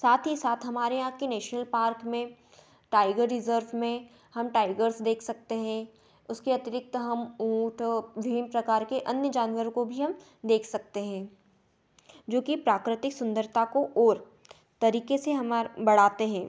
साथ ही साथ हमारे यहाँ के नेशनल पार्क में टाइगर रिज़र्व में हम टाइगर्स देख सकते हैं उसके अतिरिक्त हम ऊँट विभिन्न प्रकार के अन्य जानवरों को भी हम देख सकते हैं जोकि प्राकृतिक सुंदरता को और तरीके से बढ़ाते है